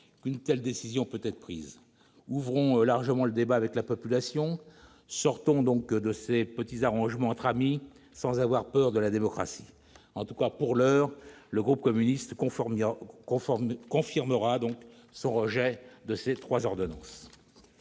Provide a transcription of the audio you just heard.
qu'une telle décision peut être prise. Ouvrons largement le débat avec la population. Sortons des petits arrangements entre amis, sans avoir peur de la démocratie ! Pour l'heure, le groupe communiste confirmera son rejet de ces trois ordonnances.